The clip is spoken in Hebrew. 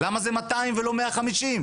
למה זה מאתיים ולא מאה חמישים.